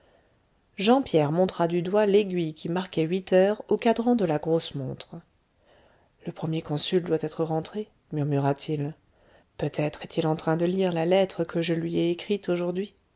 jean pierre montra du doigt l'aiguille qui marquait huit heures au cadran de la grosse montre le premier consul doit être rentré murmura-t-il peut-être est-il en train de lire la lettre que je lui ai écrite aujourd'hui